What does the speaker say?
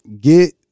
Get